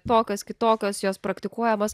tokios kitokios jos praktikuojamos